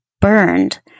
burned